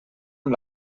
amb